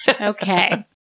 Okay